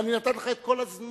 ואני נתתי לך את כל הזמן,